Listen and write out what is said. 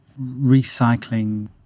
recycling